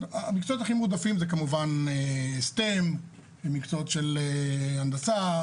המקצועות הכי מועדפים זה כמובן מקצועות של הנדסה,